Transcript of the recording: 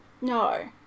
No